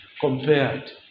compared